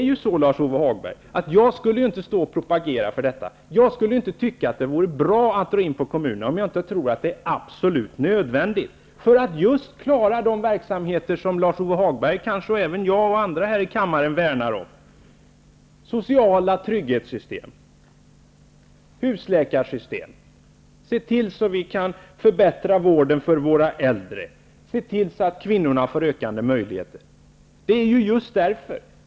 Jag skulle inte propagera för detta, Lars-Ove Hagberg, jag skulle inte tycka att det vore bra att dra in på kommunerna om jag inte trodde att det var absolut nödvändigt för att just klara de verksamheter som Lars-Ove Hagberg, jag och andra här i kammaren värnar om: sociala trygghetssystem, husläkarsystem, förbättring av vården för våra äldre, ökande möjligheter för kvinnorna. Det är ju just därför.